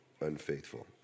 unfaithful